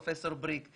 פרופ' בריק,